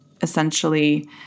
essentially